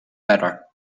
better